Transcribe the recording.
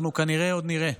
אנחנו כנראה עוד נראה.